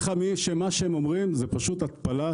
מה שהם אומרים זה פשוט הם טופלים,